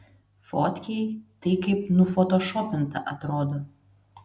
fotkėj tai kaip nufotošopinta atrodo